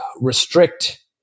restrict